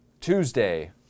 tuesday